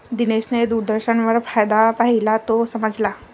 दिनेशने दूरदर्शनवर फायदा पाहिला, तो समजला